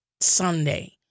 Sunday